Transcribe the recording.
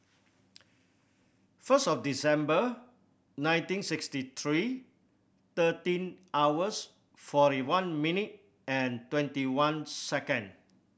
first of December nineteen sixty three thirteen hours forty one minute and twenty one second